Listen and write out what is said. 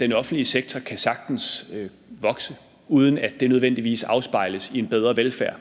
Den offentlige sektor kan sagtens vokse, uden at det nødvendigvis afspejles i en bedre velfærd.